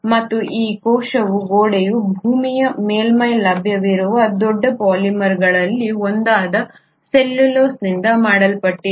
ಮತ್ತು ಈ ಕೋಶ ಗೋಡೆಯು ಭೂಮಿಯ ಮೇಲ್ಮೈಯಲ್ಲಿ ಲಭ್ಯವಿರುವ ದೊಡ್ಡ ಪಾಲಿಮರ್ಗಳಲ್ಲಿ ಒಂದಾದ ಸೆಲ್ಯುಲೋಸ್ನಿಂದ ಮಾಡಲ್ಪಟ್ಟಿದೆ